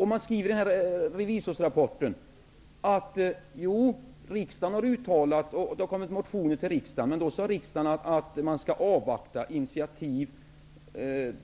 I rapporten från riksdagens revisorer skriver man att riksdagen har gjort uttalanden och att det har avgivits motioner till riksdagen, men riksdagen ville avvakta initiativ,